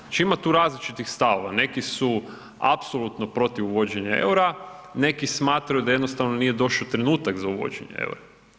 Znači ima tu različitih stavova, neki su apsolutno protiv uvođenja eura, neki smatraju da jednostavno nije došao trenutak za uvođenje eura.